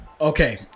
Okay